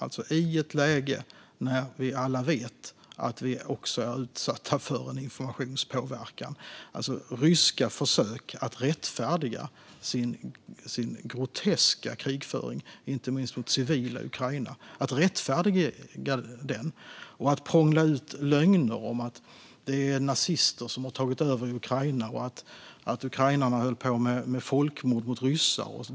Vi är i ett läge där vi alla vet att vi är utsatta för informationspåverkan, alltså Rysslands försök att rättfärdiga sin groteska krigföring inte minst mot civila i Ukraina och prångla ut lögner om att det är nazister som har tagit över i Ukraina och att ukrainarna höll på med folkmord mot ryssar.